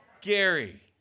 Gary